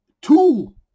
two